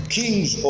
kings